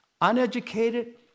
uneducated